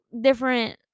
different